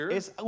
es